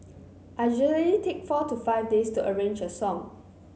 I usually take four to five days to arrange a song